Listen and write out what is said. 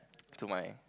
to my